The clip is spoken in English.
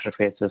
interfaces